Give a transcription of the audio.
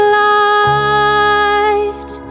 light